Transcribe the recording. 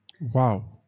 Wow